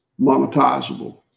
monetizable